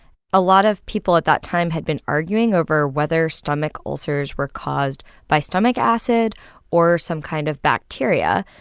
a lot of people at that time had been arguing over whether stomach ulcers were caused by stomach acid or some kind of bacteria.